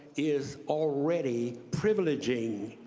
is already privilegeing,